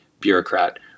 bureaucrat